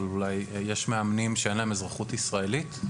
אבל אולי יש מאמנים שאין להם אזרחות ישראלית?